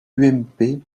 ump